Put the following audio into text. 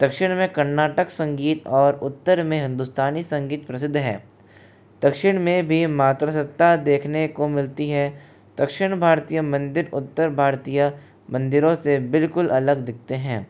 दक्षिण में कर्नाटक संगीत और उत्तर में हिंदुस्तानी संगीत प्रसिद्ध है दक्षिण में भी मातृ सत्ता देखने को मिलती है दक्षिण भारतीय मंदिर उत्तर भारतीय मंदिरों से बिल्कुल अलग दिखते हैं